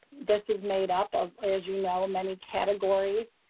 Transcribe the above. this is made up of as you know, many categories,